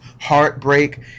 heartbreak